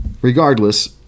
Regardless